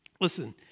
Listen